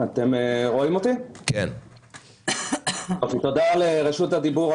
תודה על רשות הדיבור.